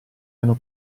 hanno